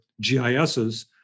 GISs